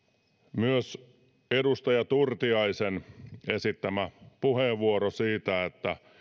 edustaja turtiainen esitti puheenvuoron siitä että